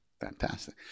fantastic